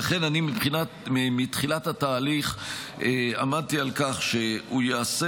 לכן מתחילת התהליך עמדתי על כך שהוא ייעשה